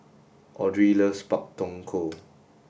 Audry loves Pak Thong Ko